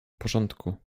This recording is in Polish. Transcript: porządku